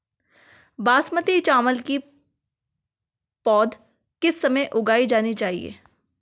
बासमती चावल की पौध किस समय उगाई जानी चाहिये?